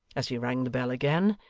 as he rang the bell again,